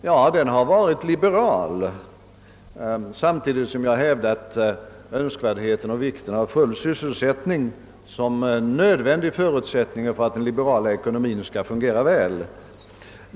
Ja, den har hela tiden varit liberal samtidigt som jag hävdat önskvärdhbeten och vikten av full sysselsättning som en nödvändig förutsättning för att den liberala ekonomien skall kunna fungera väl.